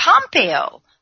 Pompeo